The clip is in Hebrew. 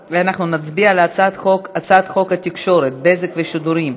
הצעת חוק התקשורת (בזק ושידורים)